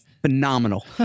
phenomenal